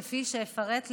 כפי שאפרט להלן: